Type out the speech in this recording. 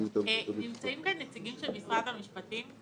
נמצאים כאן נציגים של משרד המשפטים?